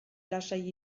lasai